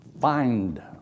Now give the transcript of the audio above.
find